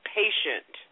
patient